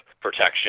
protection